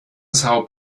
são